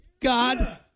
god